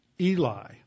Eli